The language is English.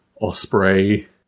Osprey